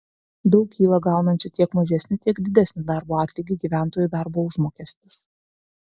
daug kyla gaunančių tiek mažesnį tiek didesnį darbo atlygį gyventojų darbo užmokestis